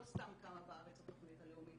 לא סתם קמה בארץ התוכנית הלאומית.